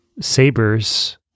sabers